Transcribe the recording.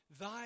Thy